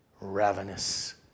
ravenous